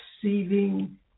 perceiving